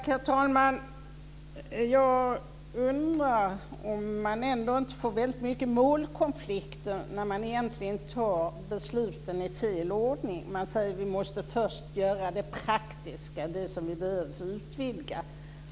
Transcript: Herr talman! Jag undrar om man ändå inte får väldigt många målkonflikter när man egentligen fattar besluten i fel ordning. Man säger att man först måste göra det praktiska, det som behöver göras för att utvidga.